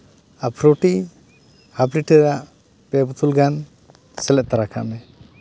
ᱟᱨ Frooti half ᱞᱤᱴᱟᱨᱟᱜ ᱯᱮ ᱵᱳᱛᱚᱞ ᱜᱟᱱ ᱥᱮᱞᱮᱫ ᱛᱚᱨᱟ ᱠᱟᱜ ᱢᱮ